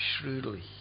shrewdly